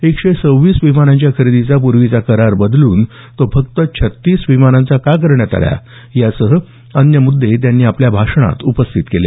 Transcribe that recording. एकशे सव्वीस विमानांच्या खरेदीचा पूर्वीचा करार बदलून तो फक्त छत्तीस विमानांचा का करण्यात आला यासह अन्य मुद्दे त्यांनी आपल्या भाषणात उपस्थित केले